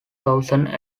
thousand